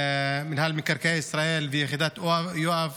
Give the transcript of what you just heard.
מינהל מקרקעי ישראל ויחידת יואב